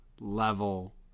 level